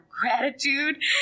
gratitude